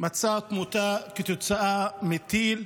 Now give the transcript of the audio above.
מצאה את מותה כתוצאה מטיל,